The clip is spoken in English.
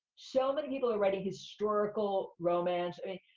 so many people are writing historical romance. i mean,